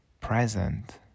present